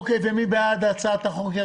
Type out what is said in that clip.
מי בעד הצעת החוק?